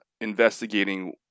investigating